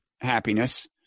happiness